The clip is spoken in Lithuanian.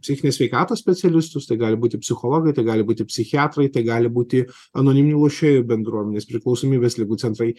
psichinės sveikatos specialistus tai gali būti psichologai tai gali būti psichiatrai tai gali būti anoniminių lošėjų bendruomenės priklausomybės ligų centrai